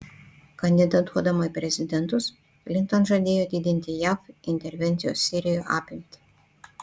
kandidatuodama į prezidentus klinton žadėjo didinti jav intervencijos sirijoje apimtį